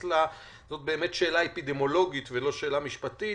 זאת באמת שאלה אפידמיולוגית ולא שאלה משפטית